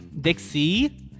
dixie